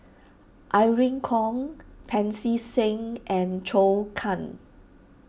Irene Khong Pancy Seng and Zhou Can